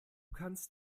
kannst